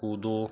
कूदो